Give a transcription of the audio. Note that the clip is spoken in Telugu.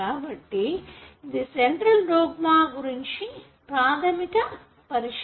కాబట్టి ఇది సెంట్రల్ డోగ్ర్మ గురించిన ప్రాధమిక పరిచయం